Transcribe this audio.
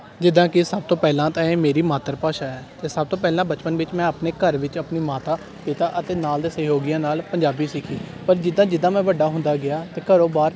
ਜਿੱਦਾਂ ਕਿ ਸਭ ਤੋਂ ਪਹਿਲਾਂ ਤਾਂ ਇਹ ਮੇਰੀ ਮਾਤ ਭਾਸ਼ਾ ਹੈ ਅਤੇ ਸਭ ਤੋਂ ਪਹਿਲਾਂ ਬਚਪਨ ਵਿੱਚ ਮੈਂ ਆਪਣੇ ਘਰ ਵਿੱਚ ਆਪਣੀ ਮਾਤਾ ਪਿਤਾ ਅਤੇ ਨਾਲ ਦੇ ਸਹਿਯੋਗੀਆਂ ਨਾਲ ਪੰਜਾਬੀ ਸਿੱਖੀ ਪਰ ਜਿੱਦਾਂ ਜਿੱਦਾਂ ਮੈਂ ਵੱਡਾ ਹੁੰਦਾ ਗਿਆ ਤਾਂ ਘਰੋਂ ਬਾਹਰ